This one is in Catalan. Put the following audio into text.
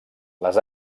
les